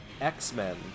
X-Men